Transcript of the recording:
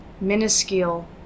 minuscule